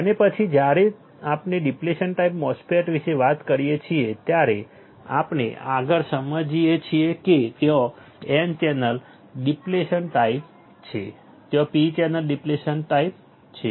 અને પછી જ્યારે આપણે ડિપ્લેશન ટાઈપના MOSFET વિશે વાત કરીએ છીએ ત્યારે આપણે આગળ સમજીએ છીએ કે ત્યાં N ચેનલ ડિપ્લેશન ટાઈપ છે ત્યાં P ચેનલ ડિપ્લેશન ટાઈપ છે